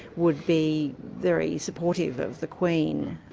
would be very supportive of the queen.